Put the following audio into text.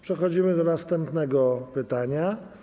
Przechodzimy do następnego pytania.